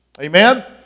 Amen